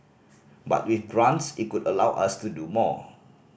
but with grants it could allow us to do more